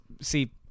see